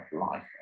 life